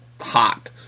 hot